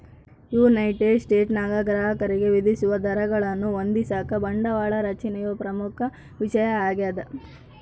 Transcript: United ಸ್ಟೇಟ್ಸ್ನಾಗ ಗ್ರಾಹಕರಿಗೆ ವಿಧಿಸುವ ದರಗಳನ್ನು ಹೊಂದಿಸಾಕ ಬಂಡವಾಳ ರಚನೆಯು ಪ್ರಮುಖ ವಿಷಯ ಆಗ್ಯದ